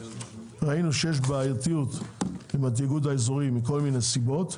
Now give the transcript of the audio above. ראינו שיש בעייתיות עם התאגוד האזורי מכל מיני סיבות,